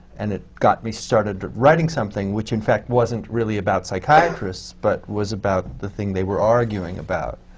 and it got me started writing something, which in fact wasn't really about psychiatrists but was about the thing they were arguing about,